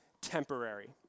temporary